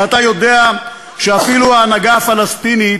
ואתה יודע שאפילו ההנהגה הפלסטינית